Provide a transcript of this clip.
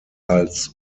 als